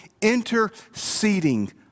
interceding